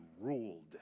ruled